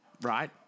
right